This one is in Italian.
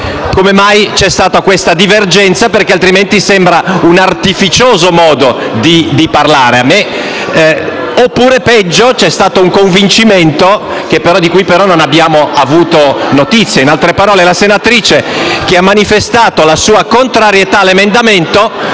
come mai c'è stata questa divergenza, perché - altrimenti - l'impressione è di un artificioso modo di parlare, oppure - peggio - che vi sia stato un convincimento, di cui però non abbiamo avuto notizia. In altre parole, la senatrice, che ha manifestato la sua contrarietà all'emendamento,